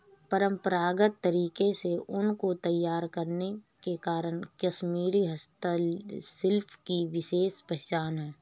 परम्परागत तरीके से ऊन को तैयार करने के कारण कश्मीरी हस्तशिल्प की विशेष पहचान है